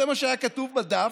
זה מה שהיה כתוב בדף